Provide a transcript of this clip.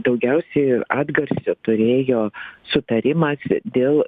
daugiausiai atgarsio turėjo sutarimas dėl